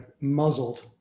muzzled